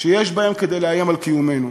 שיש בהן כדי לאיים על קיומנו.